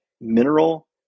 mineral